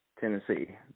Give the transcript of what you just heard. Tennessee